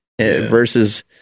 versus